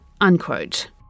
unquote